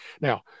Now